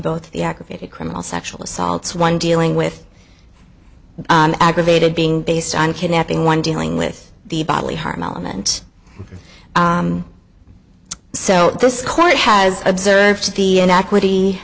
both the aggravated criminal sexual assaults one dealing with aggravated being based on kidnapping one dealing with the bodily harm element so this court has observed the an equity